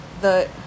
the-